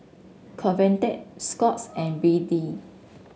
convatec Scott's and B D